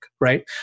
right